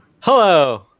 Hello